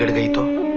the door.